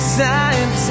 time